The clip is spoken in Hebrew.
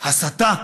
הסתה,